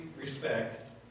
respect